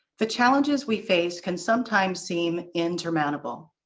the challenges we face can sometimes seem interminable,